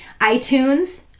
iTunes